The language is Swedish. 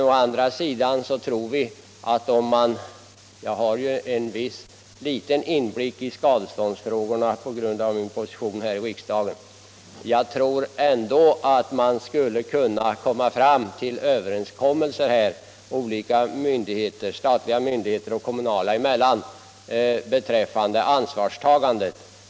Å andra sidan tror jag — jag har ju en viss inblick i skadeståndsfrågor på grund av min position här i riksdagen —- att man skulle kunna komma fram till överenskommelser olika statliga och kommunala myndigheter emellan beträffande ansvarstagandet.